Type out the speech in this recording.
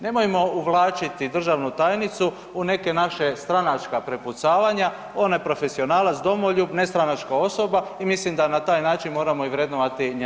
Nemojmo uvlačiti državnu tajnicu u neka naša stranačka prepucanja, ona je profesionalac domoljub, nestranačka osoba i mislim da na taj način moramo i vrednovati njen rad.